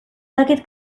dakit